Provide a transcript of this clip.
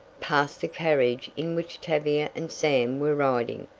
passed the carriage in which tavia and sam were riding!